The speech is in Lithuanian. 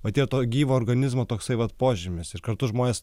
va tie to gyvo organizmo toksai vat požymis ir kartu žmonės